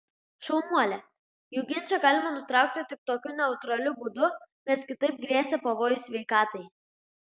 šaunuolė jų ginčą galima nutraukti tik tokiu neutraliu būdu nes kitaip grėsė pavojus sveikatai